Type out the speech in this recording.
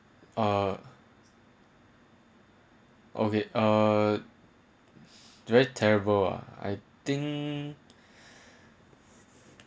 uh okay uh straight terrible ah I think